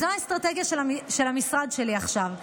זאת האסטרטגיה של המשרד שלי עכשיו,